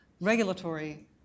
regulatory